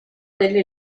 delle